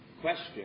question